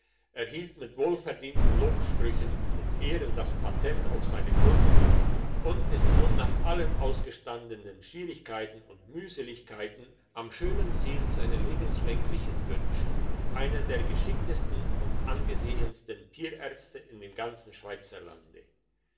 erhielt mit wohlverdienten lobsprüchen und ehren das patent auf seine kunst und ist nun nach allen ausgestandenen schwierigkeiten und mühseligkeiten am schönen ziel seiner lebenslänglichen wünsche einer der geschicktesten und angesehensten tierärzte in dem ganzen